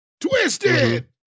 Twisted